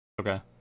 Okay